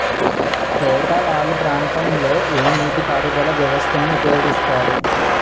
ఏట వాలు ప్రాంతం లొ ఏ నీటిపారుదల వ్యవస్థ ని ఉపయోగిస్తారు?